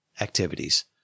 activities